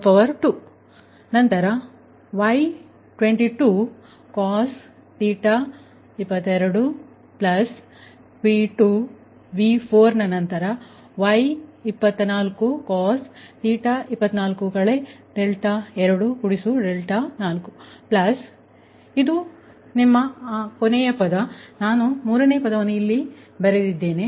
ನಂತರ Y21 ನಂತರ cos 21 21 V22ನಂತರ Y22 ಪ್ಲಸ್ V2 V4ನಂತರ Y24 24 24 ಪ್ಲಸ್ ಇದು ನಿಮ್ಮ ಆ ಕೊನೆಯ ಪದ ನಾನು ಮೂರನೇ ಪದವನ್ನು ಇಲ್ಲಿ ಎಲ್ಲೋ ಬರೆದಿದ್ದೇನೆ